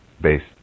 based